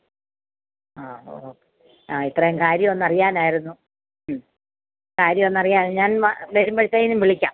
ആ ഒക്കെ ഇത്രയും ആ ഇത്രയും കാര്യമൊന്നും അറിയാനായിരുന്നു കാര്യം ഒന്നറിയാൻ ഞാൻ വരുമ്പോഴത്തേനും വിളിക്കാം